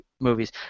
movies